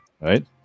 Right